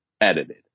edited